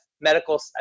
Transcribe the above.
medical